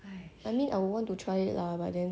I mean I would want to try it lah but then